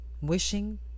wishing